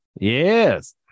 yes